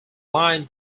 line